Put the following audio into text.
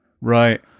Right